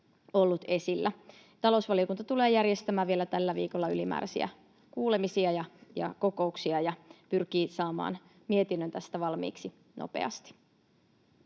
Talousvaliokunta tulee järjestämään vielä tällä viikolla ylimääräisiä kuulemisia ja kokouksia ja pyrkii saamaan mietinnön tästä valmiiksi nopeasti.